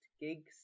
gigs